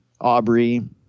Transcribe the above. Aubrey